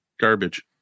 garbage